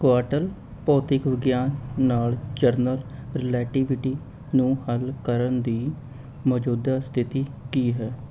quantum ਭੌਤਿਕ ਵਿਗਿਆਨ ਨਾਲ਼ ਜਨਰਲ ਰਿਲੈਟੀਵਿਟੀ ਨੂੰ ਹੱਲ ਕਰਨ ਦੀ ਮੌਜੂਦਾ ਸਥਿਤੀ ਕੀ ਹੈ